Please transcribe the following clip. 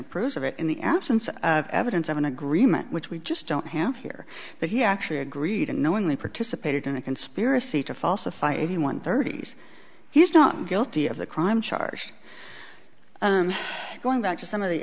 a proof of it in the absence of evidence of an agreement which we just don't have here that he actually agreed and knowingly participated in a conspiracy to falsify any one thirty's he's not guilty of the crime chars going back to some of the